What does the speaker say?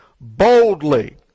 boldly